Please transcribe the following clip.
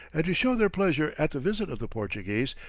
and to show their pleasure at the visit of the portuguese,